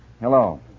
Hello